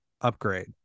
upgrade